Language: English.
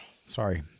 Sorry